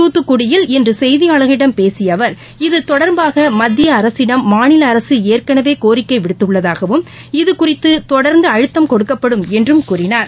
தூத்துக்குடியில் இன்றுசெய்தியாளர்களிடம் பேசியஅவர் இதுதொடர்பாகமத்தியஅரசிடம் மாநிலஅரசுஏற்கனவேகோரிக்கைவிடுத்துள்ளதாகவும் இதுகுறித்துதொடர்ந்துஅழுத்தம் கொடுக்கப்படும் என்றும் கூறினார்